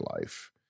life